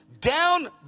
down